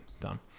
Done